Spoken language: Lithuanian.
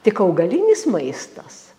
tik augalinis maistas